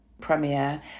premiere